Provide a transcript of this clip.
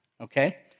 okay